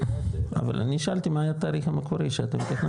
אבל אני שאלתי מה היה התאריך המקורי שאתם תכננתם.